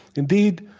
indeed,